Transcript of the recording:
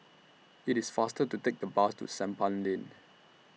IT IS faster to Take The Bus to Sampan Lane